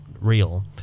real